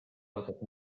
mõtet